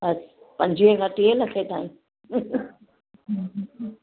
अच्छा पंजवीह खां टीहें लखे ताईं